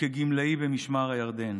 וכגמלאי במשמר הירדן.